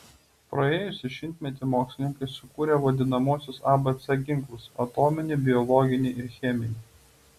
praėjusį šimtmetį mokslininkai sukūrė vadinamuosius abc ginklus atominį biologinį ir cheminį